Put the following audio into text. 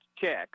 check